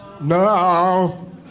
No